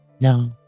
No